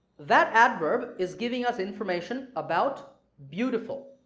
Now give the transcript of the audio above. that adverb is giving us information about beautiful.